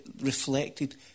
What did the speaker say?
reflected